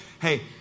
Hey